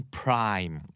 prime